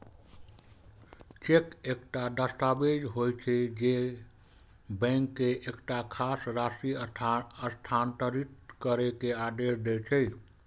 cheque एकटा दस्तावेज होइ छै, जे बैंक के एकटा खास राशि हस्तांतरित करै के आदेश दै छै